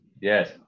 Yes